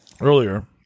earlier